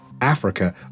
Africa